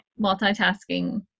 multitasking